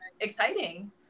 exciting